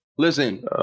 Listen